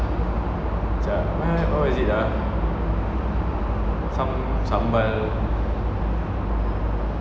what was it ah some sambal